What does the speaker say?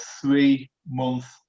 three-month